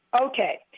Okay